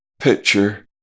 picture